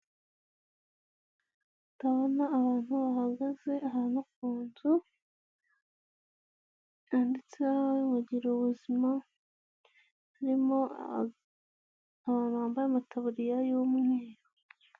Ndabona abantu bahagaze ahantu ku nzu yanditseho ngo gira ubuzima, harimo abantu bambaye amataburiya y'umweru.